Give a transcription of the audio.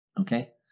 Okay